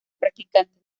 practicantes